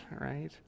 Right